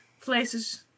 places